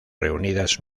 reunidas